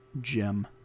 gem